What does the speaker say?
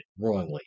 wrongly